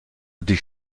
dich